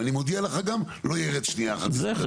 ואני מודיע לך גם לא יירד שנייה אחת מסדר היום.